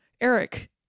Eric